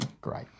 Great